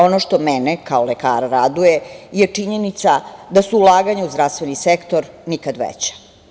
Ono što mene kao lekara raduje je činjenica da su ulaganja u zdravstveni sektor nikad veća.